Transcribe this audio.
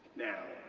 now.